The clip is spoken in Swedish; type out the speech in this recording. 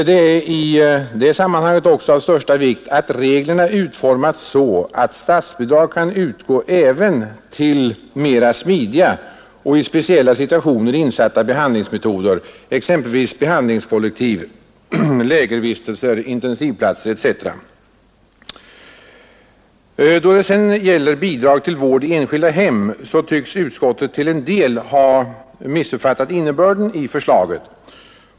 Det är i det sammanhanget av största vikt att reglerna utformas så, att statsbidrag kan utgå även till mera smidiga och i speciella situationer insatta behandlingsmetoder, exempelvis behandlingskollektiv, lägervistelser, intensivplatser. När det sedan gäller bidrag till vård i enskilda hem tycks utskottet till en del ha missuppfattat innebörden i förslaget.